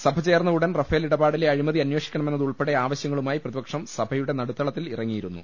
സഭചേർന്ന ഉടൻ റഫേൽ ഇടപാടിലെ അഴി മതി അന്വേഷിക്കണമെന്നതുൾപ്പെടെ ആവശ്യങ്ങളുമായി പ്രതിപക്ഷം സഭ യുടെ നടുത്തളത്തിൽ ഇറങ്ങിയിരുന്നു